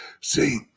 see